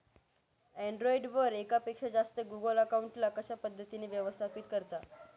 Android वर एकापेक्षा जास्त गुगल अकाउंट ला कशा पद्धतीने व्यवस्थापित करता?